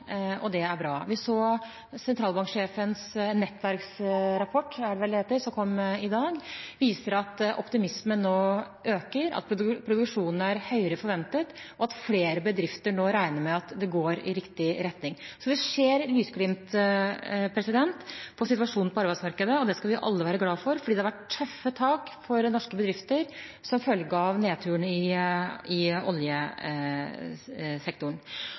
og det er bra. Sentralbankens nettverksrapport, som kom i går, viser at optimismen nå øker, at produksjonen er høyere enn forventet, og at flere bedrifter nå regner med at det går i riktig retning. Så vi ser lysglimt for situasjonen på arbeidsmarkedet, og det skal vi alle være glade for, for det har vært tøffe tak for norske bedrifter som følge av nedturene i oljesektoren. Det er en realitet at sysselsettingsandelen går ned. Det har vært en realitet i